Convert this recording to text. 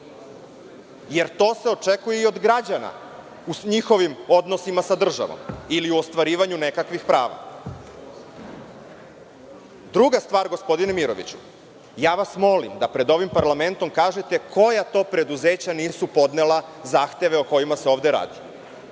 jer to se očekuje i od građana u njihovim odnosima sa državom, ili u ostvarivanju nekakvih prava. Druga stvar, gospodine Miroviću, ja vas molim da pred ovim parlamentom kažete koja to preduzeća nisu podnela zahteve o kojima se ovde radi?